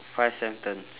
five sentence